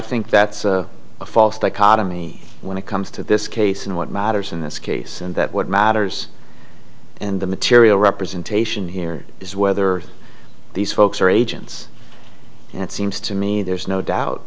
think that's a false dichotomy when it comes to this case and what matters in this case and that what matters and the material representation here is whether these folks are agents and it seems to me there's no doubt